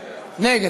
נגד.